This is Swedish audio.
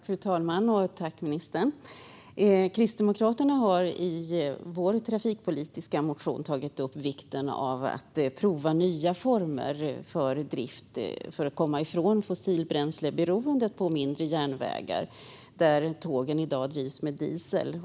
Fru talman! Kristdemokraterna har i sin trafikpolitiska motion tagit upp vikten av att prova nya former för drift för att komma ifrån fossilbränsleberoendet på mindre järnvägar där tågen i dag drivs med diesel.